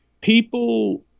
People